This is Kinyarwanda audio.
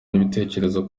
n’ibitekerezo